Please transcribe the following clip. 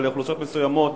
אבל לאוכלוסיות מסוימות